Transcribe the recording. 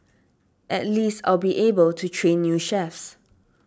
at least I'll be able to train new chefs